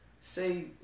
say